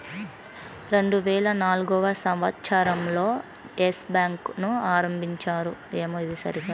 రెండువేల నాల్గవ సంవచ్చరం లో ఎస్ బ్యాంకు ను ఆరంభించారు